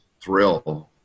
thrill